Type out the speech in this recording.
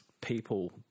people